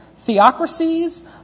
theocracies